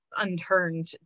unturned